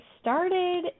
started